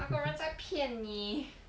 那个人在骗你